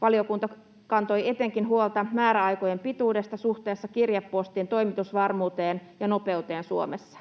Valiokunta kantoi etenkin huolta määräaikojen pituudesta suhteessa kirjepostin toimitusvarmuuteen ja nopeuteen Suomessa.